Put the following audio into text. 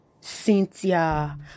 Cynthia